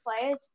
players